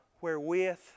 wherewith